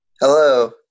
Hello